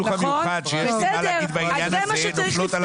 לא מוחלט אבל זאת הבשורה של החקיקה החדשה כולל החוק